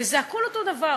וזה הכול אותו דבר.